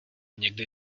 někdy